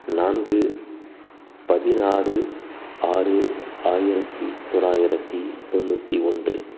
நான்கு பதினாறு ஆறு ஆயிரத்தி தொளாயிரத்தி தொண்ணூத்தி ஒன்று